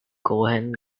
cohen